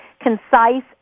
concise